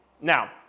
Now